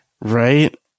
Right